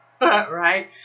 right